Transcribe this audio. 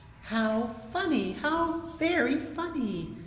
how funny how very funny!